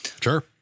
Sure